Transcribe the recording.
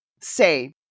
say